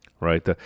right